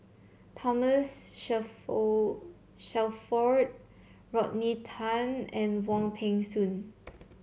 Thomas Shelford Rodney Tan and Wong Peng Soon